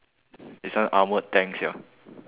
is some armored tank sia